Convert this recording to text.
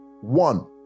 one